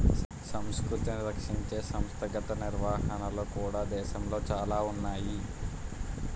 సంస్కృతిని రక్షించే సంస్థాగత నిర్వహణలు కూడా దేశంలో చాలా ఉన్నాయి